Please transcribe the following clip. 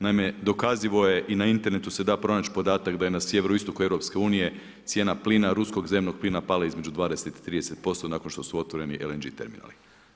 Naime, dokazivo je i na internetu se da pronaći podatak da je na sjeveroistoku EU cijena plina ruskog zemnog plina pala između 20 i 30% nakon što su otvoreni LNG terminali.